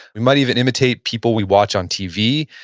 we might even imitate people we watch on tv.